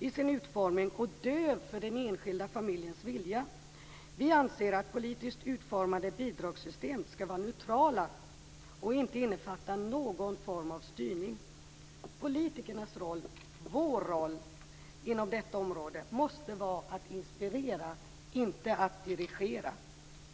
i sin utformning och döv för den enskilda familjens vilja. Vi anser att politiskt utformade bidragssystem skall vara neutrala och inte innefatta någon form av styrning. Politikernas roll, vår roll, inom detta område måste vara att inspirera - inte att dirigera.